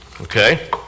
Okay